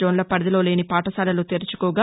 జోన్ల పరిధిలో లేని పాఠశాలలు తెరుచుకోగా